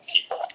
people